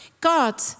God